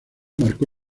marcó